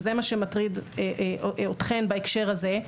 וזה מה שמטריד אתכן בהקשר הזה,